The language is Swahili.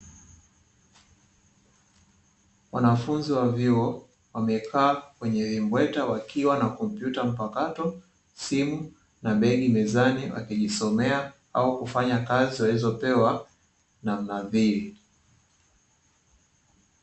Wanafunzi wa vyuo wamekaa kwenye vimbweta, wakiwa na kompyuta mpakato, simu na begi mezani, wakijisomea au kufanya kazi walizopewa na mhadhiri.